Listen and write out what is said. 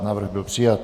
Návrh byl přijat.